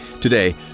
Today